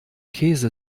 käse